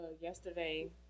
yesterday